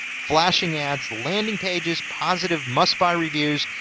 flashing ads, landing pages, positive, must buy reviews,